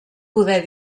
poder